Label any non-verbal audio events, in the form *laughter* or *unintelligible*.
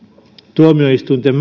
tuomioistuinten *unintelligible*